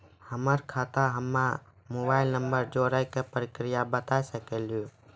हमर खाता हम्मे मोबाइल नंबर जोड़े के प्रक्रिया बता सकें लू?